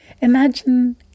Imagine